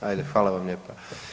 Hajde, hvala vam lijepa.